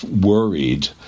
worried